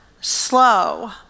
slow